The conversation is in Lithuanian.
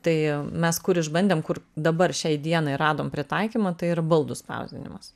tai mes kur išbandėm kur dabar šiai dienai radom pritaikymą tai yra baldų spausdinimas